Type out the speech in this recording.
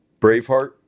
Braveheart